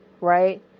right